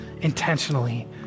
intentionally